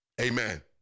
Amen